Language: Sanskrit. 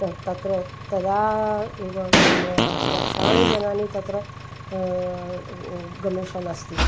त तत्र तदा एव लक्षाणि जनानि तत्र गमिष्यन् अस्ति